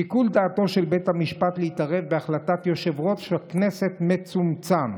שיקול דעתו של בית-המשפט להתערב בהחלטת יושב-ראש הכנסת מצומצם,